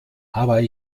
aber